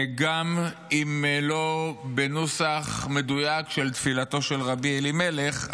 גם אם לא בנוסח המדויק של תפילתו של רבי אלימלך.